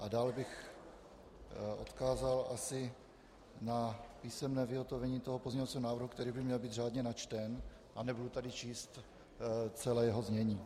A dále bych odkázal asi na písemné vyhotovení tohoto pozměňovacího návrhu, který by měl být řádně načten, a nebudu tady číst celé jeho znění.